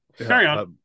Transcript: sorry